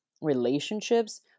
relationships